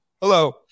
hello